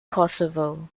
kosovo